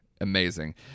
amazing